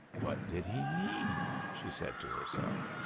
what did he mean? she said to herself.